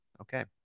Okay